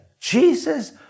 Jesus